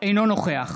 אינו נוכח